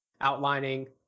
outlining